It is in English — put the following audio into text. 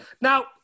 Now